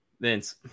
Vince